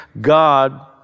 God